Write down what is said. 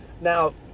Now